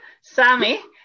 Sammy